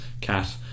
cat